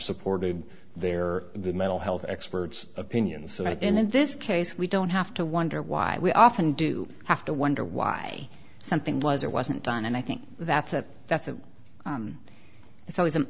supported their the mental health experts opinions and in this case we don't have to wonder why we often do have to wonder why something was or wasn't done and i think that's a that's a it's always a